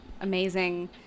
amazing